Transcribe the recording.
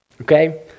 Okay